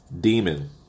demon